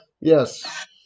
Yes